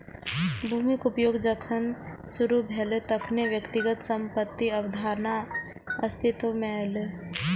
भूमिक उपयोग जखन शुरू भेलै, तखने व्यक्तिगत संपत्तिक अवधारणा अस्तित्व मे एलै